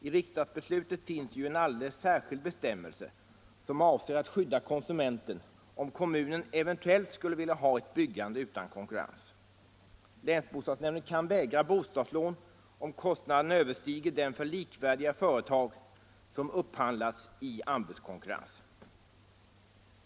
I riksdagsbeslutet finns ju en alldeles särskild bestämmelse som avser att skydda konsumenten om kommunen eventuellt skulle vilja ha ett byggande utan konkurrens. Länsbostadsnämnden kan vägra bostadslån om kostnaden överstiger den för likvärdiga företag som upphandlats i anbudskonkurrens.